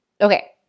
Okay